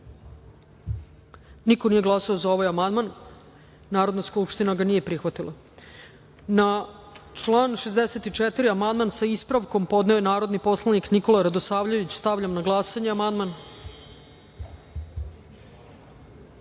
niko nije glasao za ovaj amandman. Narodna skupština ga nije prihvatila. Na član 104. amandman je podneo narodni poslanik Nikola Radosavljević. Stavljam na glasanje ovaj